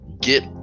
get